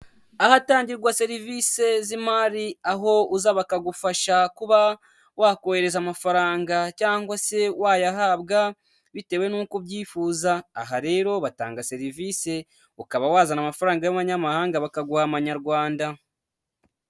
Ahatangirwa serivise z'imari, aho uza bakagufasha kuba wakohereza amafaranga cyangwa se wayahabwa, bitewe n'ko ubyifuza. Aha rero batanga serivise, ukaba wazana amafaranga y'amanyamahanga, bakaguha amanyarwanda.